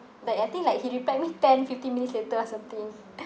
like I think like he replied me ten fifteen minutes later or something